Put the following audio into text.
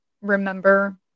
remember